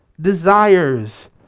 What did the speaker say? desires